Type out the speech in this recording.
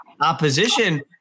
opposition